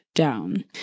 down